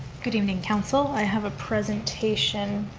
good evening council. i have a presentation